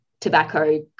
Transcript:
tobacco